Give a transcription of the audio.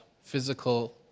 physical